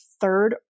third